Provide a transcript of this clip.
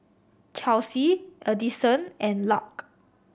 Chelsea Adyson and Lark